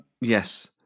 Yes